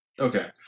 Okay